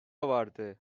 vardı